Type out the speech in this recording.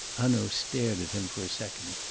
hanaud stared at him for a second,